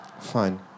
Fine